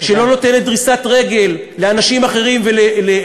שלא נותנת דריסת רגל לאנשים אחרים, תודה.